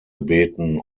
gebeten